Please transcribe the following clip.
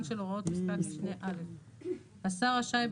של הוראות פסקת משנה (א); (ג) השר רשאי,